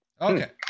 Okay